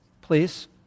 please